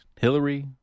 Hillary